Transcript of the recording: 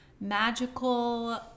magical